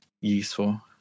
useful